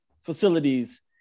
facilities